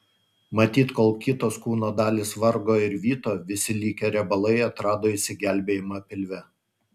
matyt kol kitos kūno dalys vargo ir vyto visi likę riebalai atrado išsigelbėjimą pilve